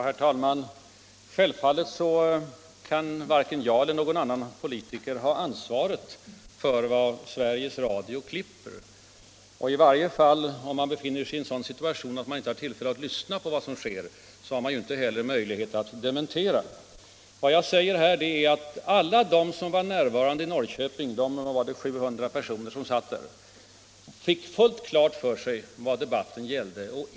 Herr talman! Självfallet kan varken jag eller någon annan politiker ha ansvar för hur Sveriges Radio klipper. Om man sedan inte har tillfälle att lyssna på vad som sänds har man ju inte heller möjlighet att dementera. Vad jag här säger är att alla de som var närvarande i Norrköping — ca 700 personer — fick fullt klart för sig vad debatten gällde.